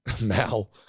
Mal